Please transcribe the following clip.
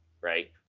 right